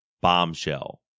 bombshell